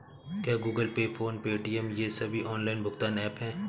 क्या Google pay PhonePe Paytm ये सभी ऑनलाइन भुगतान ऐप हैं?